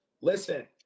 Listen